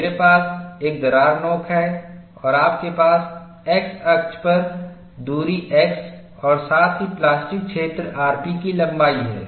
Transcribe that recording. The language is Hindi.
मेरे पास एक दरार नोक है और आपके पास X अक्ष पर दूरी x और साथ ही प्लास्टिक क्षेत्र rp की लंबाई है